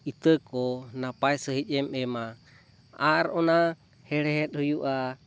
ᱤᱛᱟᱹ ᱠᱚ ᱱᱟᱯᱟᱭ ᱥᱟᱹᱦᱤᱡ ᱮᱢ ᱮᱢᱟ ᱟᱨ ᱚᱱᱟ ᱦᱮᱲᱦᱮᱫ ᱦᱩᱭᱩᱜᱼᱟ